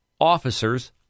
officers